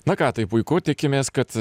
na ką tai puiku tikimės kad